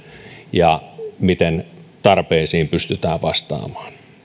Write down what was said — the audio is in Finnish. ja siihen miten tarpeisiin pystytään vastaamaan